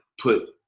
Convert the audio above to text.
put